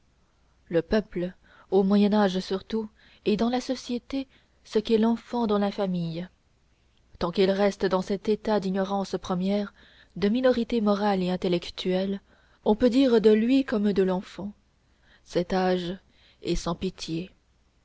le peuple au moyen âge surtout est dans la société ce qu'est l'enfant dans la famille tant qu'il reste dans cet état d'ignorance première de minorité morale et intellectuelle on peut dire de lui comme de l'enfant cet âge est sans pitié